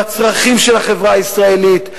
בצרכים של החברה הישראלית,